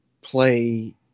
play